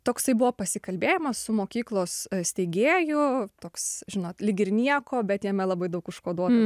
toksai buvo pasikalbėjimas su mokyklos steigėju toks žinot lyg ir nieko bet jame labai daug užkoduota